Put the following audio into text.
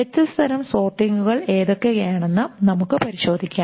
വ്യത്യസ്ത തരം സോർട്ടിംഗുകൾ എന്തൊക്കെയാണ് എന്ന് നമുക്ക് പരിശോധിക്കാം